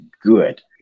good